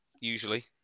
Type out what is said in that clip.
usually